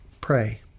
pray